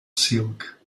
silk